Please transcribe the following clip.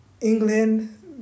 England